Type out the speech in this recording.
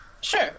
Sure